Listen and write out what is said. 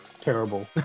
terrible